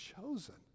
chosen